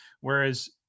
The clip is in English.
Whereas